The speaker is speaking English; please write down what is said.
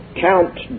Count